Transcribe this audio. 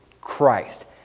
Christ